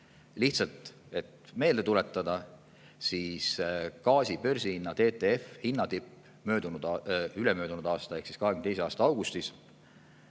Lihtsalt, et meelde tuletada, gaasi börsihinna TTF hinnatipp ülemöödunud aasta ehk 2022. aasta augustis